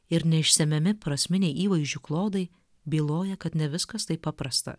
ir neišsemiami prasminiai įvaizdžių klodai byloja kad ne viskas taip paprasta